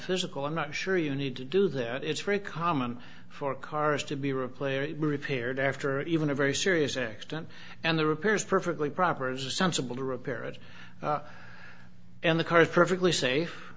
physical i'm not sure you need to do that it's very common for cars to be replayed repaired after even a very serious accident and the repair is perfectly proper sensible to repair it and the car is perfectly safe